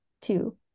Two